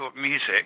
music